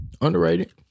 Underrated